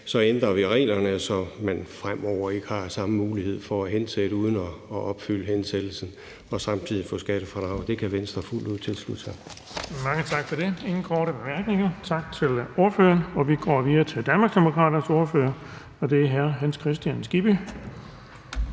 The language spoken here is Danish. her ændrer vi reglerne, så man fremover ikke har samme mulighed for at hensætte uden at opfylde hensættelsen og samtidig få skattefradrag. Det kan Venstre fuldt ud tilslutte sig. Kl. 17:52 Den fg. formand (Erling Bonnesen): Der er ingen korte bemærkninger. Tak til ordføreren. Vi går videre til Danmarksdemokraternes ordfører, og det er hr. Hans Kristian Skibby.